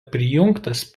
prijungtas